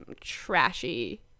trashy